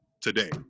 today